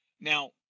Now